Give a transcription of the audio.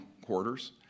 quarters